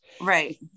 Right